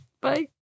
Bye